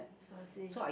I must say